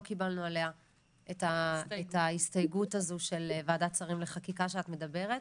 לא קיבלנו עליה את ההסתייגות הזאת של ועדת שרים לחקיקה שאת מדברת.